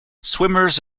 swimmers